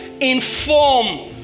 inform